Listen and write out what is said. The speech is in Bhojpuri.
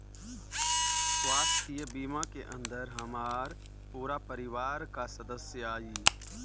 स्वास्थ्य बीमा के अंदर हमार पूरा परिवार का सदस्य आई?